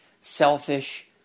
selfish